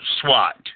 SWAT